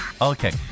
Okay